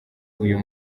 uyu